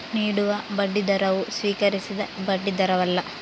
ನೀಡುವ ಬಡ್ಡಿದರವು ಸ್ವೀಕರಿಸಿದ ಬಡ್ಡಿದರವಲ್ಲ